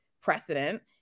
precedent